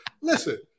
Listen